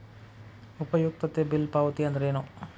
ಉಪಯುಕ್ತತೆ ಬಿಲ್ ಪಾವತಿ ಅಂದ್ರೇನು?